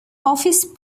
office